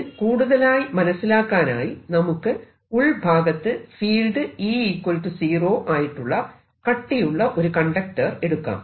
ഇത് കൂടുതലായി മനസിലാക്കാനായി നമുക്ക് ഉൾഭാഗത്ത് ഫീൽഡ് E 0 ആയിട്ടുള്ള കട്ടിയുള്ള ഒരു കണ്ടക്ടർ എടുക്കാം